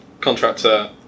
contractor